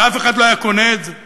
ואף אחד לא היה קונה את זה